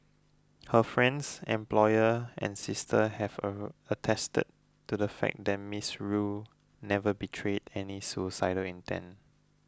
her friends employer and sister have attested to the fact that Miss Rue never betrayed any suicidal intent